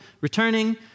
returning